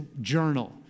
journal